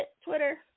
Twitter